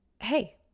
hey